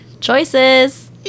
choices